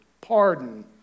pardon